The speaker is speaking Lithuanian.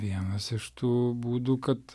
vienas iš tų būdų kad